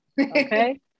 okay